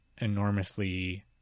enormously